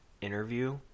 interview